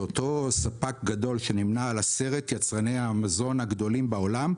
שאותו ספק גדול שנמנה על עשרת יצרני המזון הגדולים בעולם,